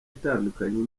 itandukanye